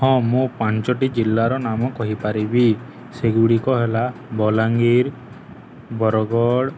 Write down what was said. ହଁ ମୁଁ ପାଞ୍ଚଟି ଜିଲ୍ଲାର ନାମ କହିପାରିବି ସେଗୁଡ଼ିକ ହେଲା ବଲାଙ୍ଗୀର ବରଗଡ଼